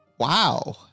Wow